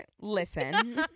listen